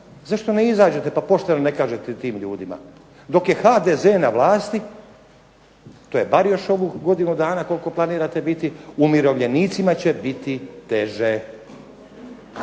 zašto ne izađete pa pošteno ne kažete tim ljudima dok je HDZ na vlasti, to je bar još ovu godinu dana koliko planirate biti, umirovljenicima će biti teže